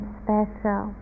special